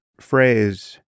phrase